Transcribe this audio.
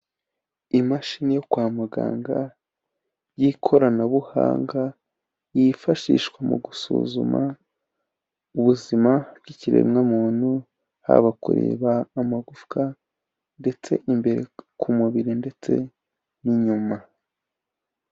Imashini yo kwa muganga y'ikoranabuhanga, yifashishwa mu gusuzuma ubuzima bwikiremwa muntu, haba kureba amagufwa ndetse imbere ku mubiri ndetse n'inyuma.